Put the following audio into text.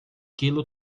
quilo